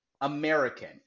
American